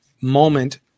moment